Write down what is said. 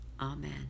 amen